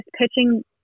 pitching